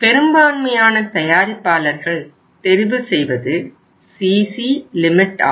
பெரும்பான்மையான தயாரிப்பாளர்கள் தெரிவு செய்வது CC லிமிட் ஆகும்